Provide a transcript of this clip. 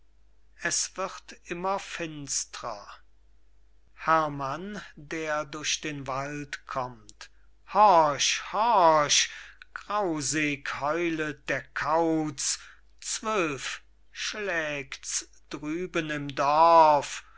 es wird immer finstrer herrmann der durch den wald kommt horch horch grausig heulet der kauz zwölf schlägts drüben im dorf